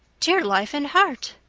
dear life and heart,